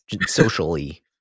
socially